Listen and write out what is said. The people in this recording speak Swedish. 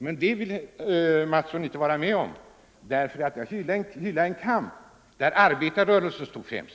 Men det vill inte herr Mattsson i Lane-Herrestad vara med om, därför att det är fråga om att hylla en kamp där arbetarrörelsen stod främst.